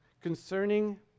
concerning